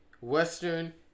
Western